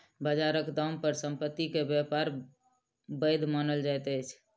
बजारक दाम पर संपत्ति के व्यापार वैध मानल जाइत अछि